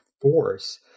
force